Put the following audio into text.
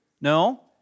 No